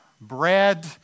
bread